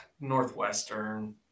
Northwestern